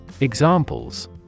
Examples